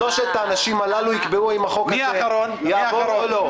שלושת האנשים הללו יקבעו אם הפטור יעבור או לא.